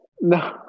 No